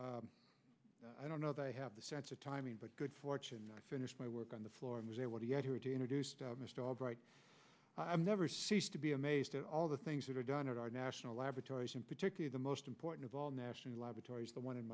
r i don't know they have the sense of timing but good fortune i finished my work on the floor and was able to get her to introduce mr albright i've never ceased to be amazed at all the things that are done at our national laboratories in particular the most important of all national laboratories the one in